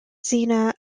xenia